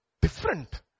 different